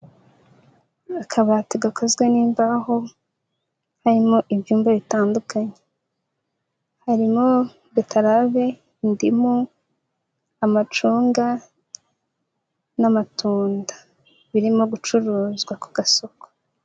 Akabati gakozwe n'imbaho, karimo ibyumba bitandukanye; harimo betarave, indimu, amacunga n'amatunda, birimo gucuruzwa ku gasoko.